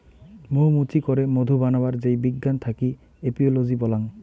মৌ মুচি করে মধু বানাবার যেই বিজ্ঞান থাকি এপিওলোজি বল্যাং